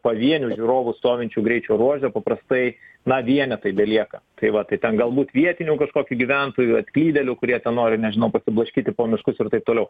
pavienių žiūrovų stovinčių greičio ruože paprastai na vienetai belieka tai vat ten galbūt vietinių kažkokių gyventojų atklydėlių kurie ten nori nežinau pasiblaškyti po miškus ir taip toliau